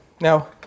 now